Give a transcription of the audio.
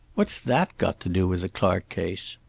what's that got to do with the clark case?